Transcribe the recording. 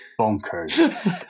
bonkers